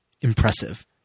impressive